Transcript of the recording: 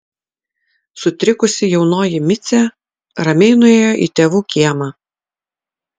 sutrikusi jaunoji micė ramiai nuėjo į tėvų kiemą